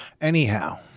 Anyhow